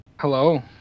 Hello